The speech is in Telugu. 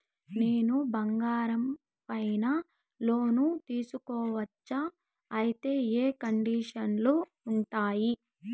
నేను బంగారం పైన లోను తీసుకోవచ్చా? అయితే ఏ కండిషన్లు ఉంటాయి?